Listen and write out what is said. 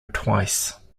twice